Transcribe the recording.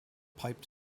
piped